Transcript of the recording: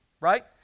right